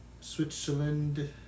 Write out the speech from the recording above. Switzerland